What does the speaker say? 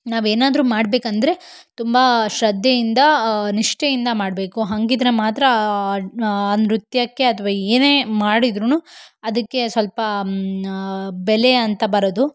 ನಾವೇನಾದರೂ ಮಾಡ್ಬೇಕು ಅಂದರೆ ತುಂಬ ಶ್ರದ್ಧೆಯಿಂದ ನಿಷ್ಠೆಯಿಂದ ಮಾಡಬೇಕು ಹಂಗಿದ್ದರೆ ಮಾತ್ರ ಆ ನೃತ್ಯಕ್ಕೆ ಅಥವಾ ಏನೇ ಮಾಡಿದ್ರು ಅದಕ್ಕೆ ಸ್ವಲ್ಪ ಬೆಲೆ ಅಂತ ಬರೋದು